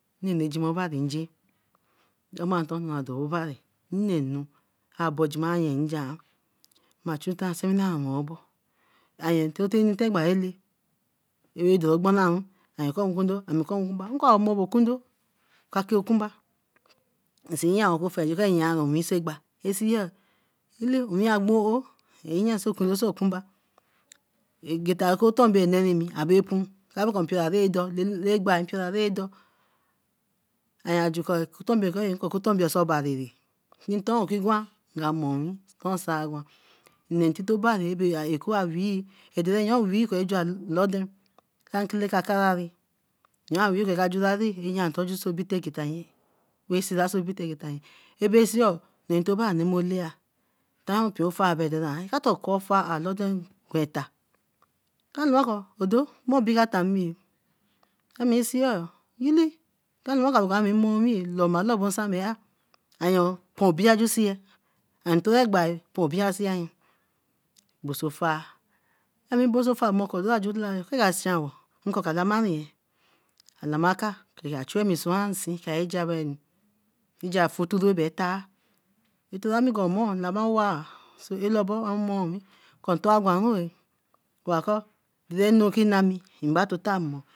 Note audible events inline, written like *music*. Nnenu jima obari nje, nnenu abojima ayen njian. Ma chu tai sewinara loo obo. *unintelligible* wekondo, wokun ba ami kor awo bo wokundo ka kei okunba. E kor inse ya tima wekondo or okunba kor ayeari owi sa egba. yellae, owin a gbo aowe, say okundo, say okunba. Abe seeyo, toma lamelaya tan mpii ofa doan, nkwa ofar loo alode gwen eta, nkor odo obikatanmi eh ah mi seer, yellae, nka wen wioo. Ayen obi aju seer, ami tore egba. Boso far, nkor ka lamari nye, alama aka o ka chuan mi swan in seen see ja anu, fruit wey bra tah. Labo owa teh araru a mon wi toh agwanrue, a kor tin okin ti na me, mbator tan mor.